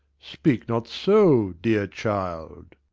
speak not so, dear child!